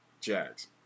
Jags